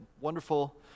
wonderful